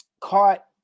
caught